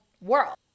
world